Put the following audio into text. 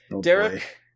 Derek